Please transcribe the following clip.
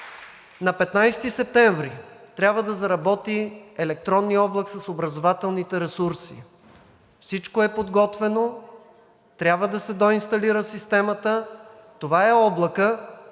На 15 септември трябва да заработи електронният облак с образователните ресурси. Всичко е подготвено, трябва да се доинсталира системата. Това е облакът,